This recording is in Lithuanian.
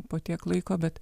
po tiek laiko bet